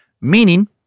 meaning